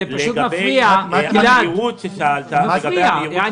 לגבי השאלה שלך,